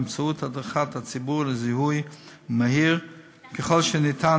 באמצעות הדרכת הציבור לזיהוי מהיר ככל שניתן